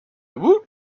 woot